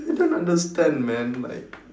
I don't understand man like